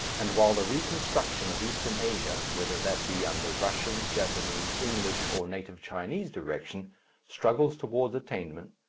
and while the reconstruction of eastern asia whether that be under russian, japanese, english, or native chinese direction struggles towards attainment,